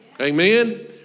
Amen